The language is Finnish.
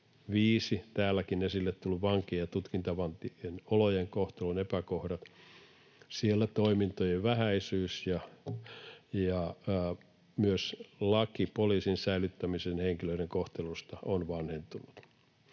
5) Täälläkin esille tullut vankien ja tutkintavankien olojen ja kohtelun epäkohdat. Siellä on toimintojen vähäisyys, ja myös laki poliisin tiloissa säilyttämisestä ja henkilöiden kohtelusta on vanhentunut.